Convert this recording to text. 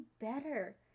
better